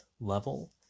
level